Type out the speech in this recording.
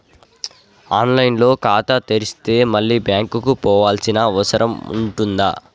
On line లో ఖాతా తెరిస్తే మళ్ళీ బ్యాంకుకు పోవాల్సిన అవసరం ఉంటుందా?